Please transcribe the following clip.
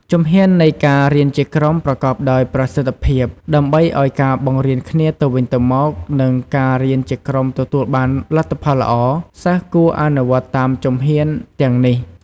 ជំហាននៃការរៀនជាក្រុមប្រកបដោយប្រសិទ្ធភាពដើម្បីឲ្យការបង្រៀនគ្នាទៅវិញទៅមក និងការរៀនជាក្រុមទទួលបានលទ្ធផលល្អ សិស្សគួរអនុវត្តតាមជំហានទាំងនេះ។